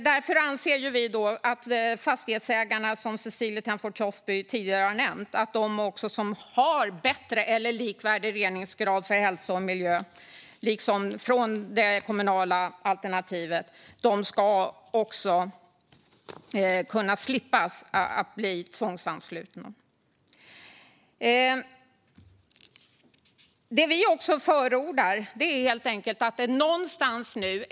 Därför anser vi, som Cecilie Tenfjord Toftby nämnde tidigare, att fastighetsägare som har bättre eller likvärdig reningsgrad när det gäller hälsa och miljö jämfört med det kommunala alternativet ska kunna slippa att bli tvångsanslutna.